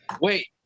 Wait